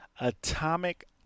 Atomic